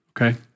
okay